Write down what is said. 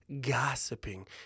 Gossiping